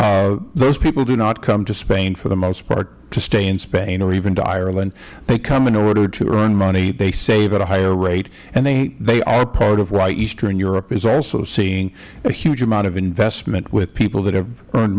earlier those people do not come to spain for the most part to stay in spain or even to ireland they come in order to earn money they save at a higher rate and they are part of why eastern europe is also seeing a huge amount of investment with people that have earn